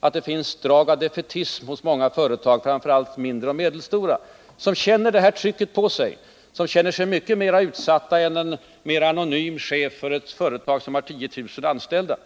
att det finns drag av defaitism hos många företag, framför allt hos mindre och medelstora, som känner det här trycket på sig? De känner sig också mycket mer utsatta än en anonym chef för ett företag som har 10 000 anställda.